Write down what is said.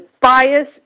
bias